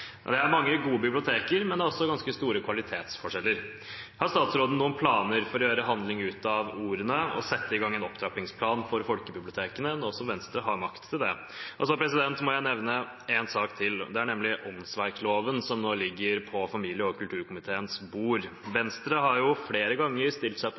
Det er mange gode biblioteker, men det er også ganske store kvalitetsforskjeller. Har statsråden noen planer for å gjøre handling ut av ordene og sette i gang en opptrappingsplan for folkebibliotekene, nå som Venstre har makt til det? Og så må jeg nevne en sak til, nemlig åndsverkloven, som nå ligger på familie- og kulturkomiteens bord. Venstre har flere ganger stilt seg på